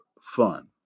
fun